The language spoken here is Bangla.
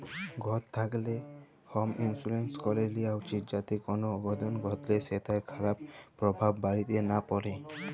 ঘর থ্যাকলে হম ইলসুরেলস ক্যরে লিয়া উচিত যাতে কল অঘটল ঘটলে সেটর খারাপ পরভাব বাড়িতে লা প্যড়ে